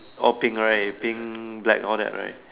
all pink right pink black all that right